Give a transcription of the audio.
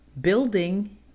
building